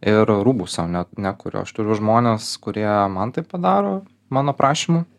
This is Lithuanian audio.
ir rūbų sau ne nekuriu aš turiu žmones kurie man tai padaro mano prašymu